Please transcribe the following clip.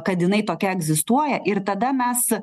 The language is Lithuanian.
kad jinai tokia egzistuoja ir tada mes